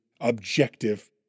objective